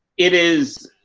it is,